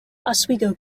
oswego